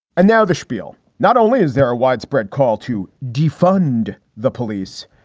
and now the spiel. not only is there a widespread call to defund the police,